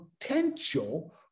potential